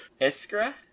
Iskra